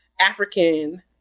African